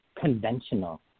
conventional